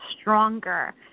stronger